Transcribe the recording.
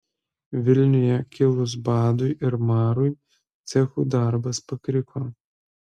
vilniuje kilus badui ir marui cechų darbas pakriko